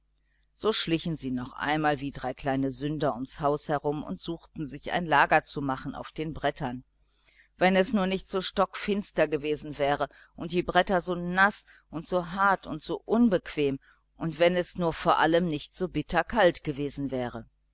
so schlichen sie noch einmal wie drei kleine sünder ums haus herum und suchten sich ein lager zu machen auf den brettern wenn es nur nicht so stockfinster gewesen wäre und die bretter so naß und so hart und so unbequem und wenn es nur vor allem nicht so bitter kalt gewesen wäre